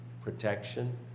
protection